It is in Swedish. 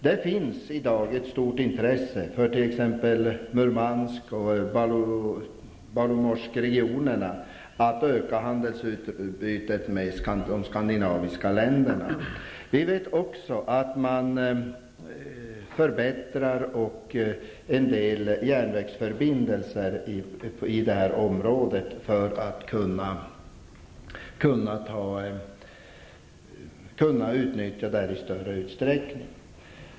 Det finns i dag ett stort intresse i t.ex. Murmansk och Belomorskregionerna av att öka handelsutbytet med de skandinaviska länderna. Vi vet också att en del järnvägsförbindelser i det här området förbättras för att kunna utnyttjas i större utsträckning.